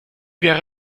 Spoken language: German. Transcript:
wäre